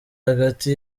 hagati